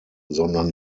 sondern